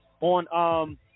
on